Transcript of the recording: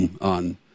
on